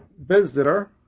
visitor